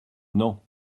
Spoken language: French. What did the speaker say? non